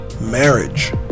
Marriage